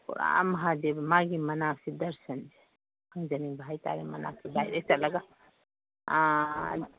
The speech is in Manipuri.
ꯄꯨꯔꯥ ꯃꯍꯥꯗꯦꯕ ꯃꯥꯒꯤ ꯃꯅꯥꯛꯁꯦ ꯗꯔꯁꯟꯁꯦ ꯐꯪꯖꯅꯤꯡꯕ ꯍꯥꯏꯇꯔꯦ ꯃꯅꯥꯛꯇ ꯗꯥꯏꯔꯦꯛ ꯆꯠꯂꯒ